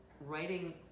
writing